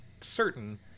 certain